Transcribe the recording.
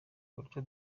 buryo